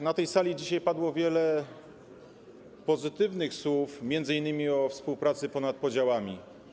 Na tej sali dzisiaj padło wiele pozytywnych słów, m.in. o współpracy ponad podziałami.